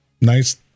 nice